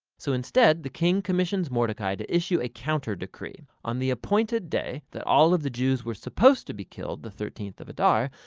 so instead the king commissions mordecai to issue a counter decree. on the appointed day that all of the jews were supposed to be killed, the thirteenth of adar,